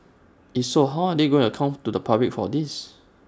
if so how they are going to account to the public for this